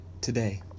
today